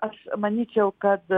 aš manyčiau kad